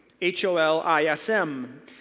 H-O-L-I-S-M